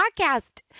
podcast